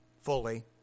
fully